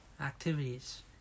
activities